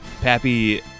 pappy